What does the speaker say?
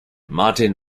martin